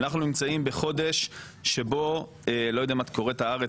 אנחנו נמצאים בחודש שבו אני לא יודע אם את קוראת "הארץ",